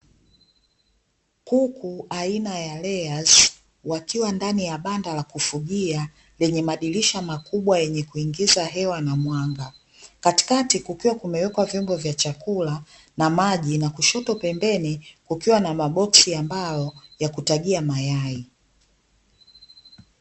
Kuku aina ya "LAYERS" wakiwa ndani ya banda la kufugia lenye madirisha makubwa ya kuingiza hewa na mwanga, katikati kukiwa kumewekwa vyombo vya chakula na maji, na kushoto pembeni kukiwa na maboksi ya mbao ya kutagia mayai.